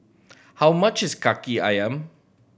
how much is Kaki Ayam